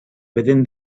within